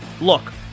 Look